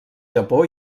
japó